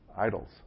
idols